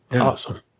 Awesome